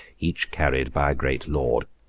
each carried by a great lord.